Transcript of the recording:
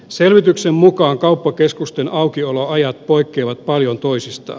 selvityksen mukaan kauppakeskusten aukioloajat poikkeavat paljon toisistaan